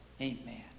Amen